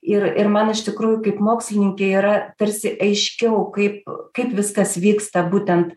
ir ir man iš tikrųjų kaip mokslininkei yra tarsi aiškiau kaip kaip viskas vyksta būtent